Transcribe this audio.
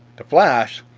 the flash,